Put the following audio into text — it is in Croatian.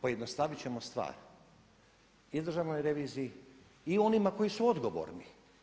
Pojednostaviti ćemo stvar i Državnoj reviziji i onima koji su odgovorni.